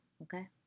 Okay